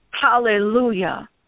hallelujah